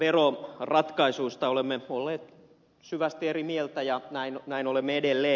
tästä veroratkaisusta olemme olleet syvästi eri mieltä ja näin olemme edelleen